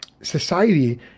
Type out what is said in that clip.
society